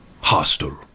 hostile